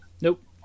Nope